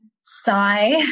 sigh